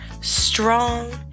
strong